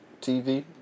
TV